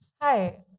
Hi